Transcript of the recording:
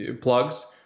plugs